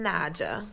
Naja